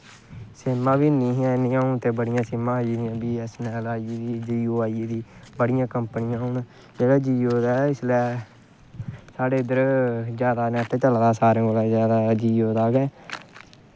सिम्मां बी नेईं हियां इन्नियां हून ते बड़ियां सिम्मां आई गेदियां बी ऐस्स ऐन्न ऐल्ल आई गेदी जियो आई गेदी बड़ियां कंपनियां जेह्ड़ा जियो दा इसलै साढ़ै इद्धर जैदा नैट चला दा सबतो जैदा जियो दा गै